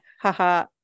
haha